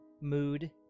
mood